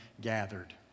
gathered